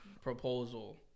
Proposal